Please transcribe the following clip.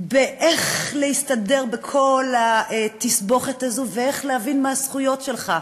באיך להסתדר בכל התסבוכת הזאת ואיך להבין מה הזכויות שלך.